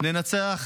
ננצח